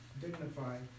dignified